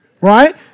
right